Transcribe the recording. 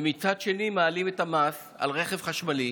ומצד שני מעלים את המס על רכב חשמלי,